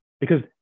Because-